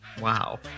Wow